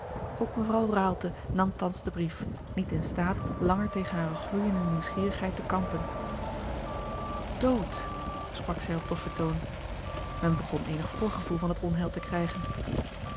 ook mevrouw raalte nam thans den brief niet in staat langer tegen hare gloeijende nieuwsgierigheid te kampen dood sprak zij op doffen toon men begon eenig voorgevoel van het onheil te krijgen